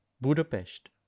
Budapest